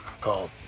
called